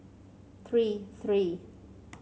three three